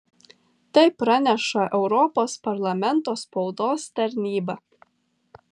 tai praneša europos parlamento spaudos tarnyba